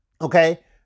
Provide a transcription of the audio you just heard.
Okay